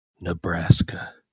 Nebraska